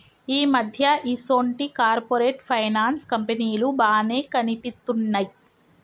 ఈ మధ్య ఈసొంటి కార్పొరేట్ ఫైనాన్స్ కంపెనీలు బానే కనిపిత్తున్నయ్